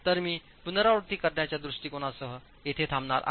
तर मी पुनरावृत्ती करण्याच्या दृष्टिकोनासह येथे थांबणार आहे